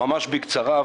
ממש בקצרה,